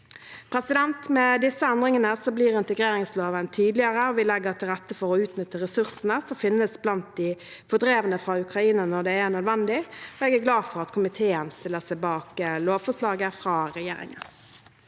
juli 2024. Med disse endringene blir integreringsloven tydeligere, og vi legger til rette for å utnytte ressursene som finnes blant de fordrevne fra Ukraina, når det er nødvendig. Jeg er glad for at komiteen stiller seg bak lovforslaget fra regjeringen.